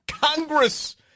Congress